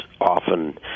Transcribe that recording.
often